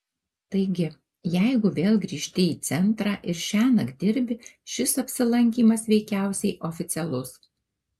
taigi jeigu vėl grįžti į centrą ir šiąnakt dirbi šis apsilankymas veikiausiai oficialus